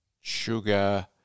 sugar